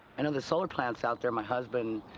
and then the solar plants out there, my husband,